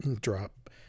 drop